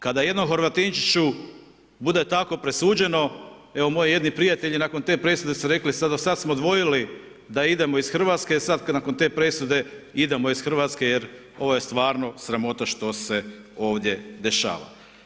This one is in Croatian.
Kada jednom Horvatinčiću bude tako presuđeno, evo moji jedni prijatelji nakon te presude su rekli do sad smo dvojili da idemo iz Hrvatske, sad nakon te presude idemo iz Hrvatske jer ovo je stvarno sramota što se ovdje dešava.